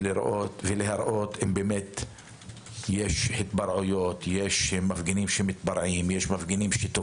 כדי לראות ולתעד התפרעויות ומפגינים שתוקפים.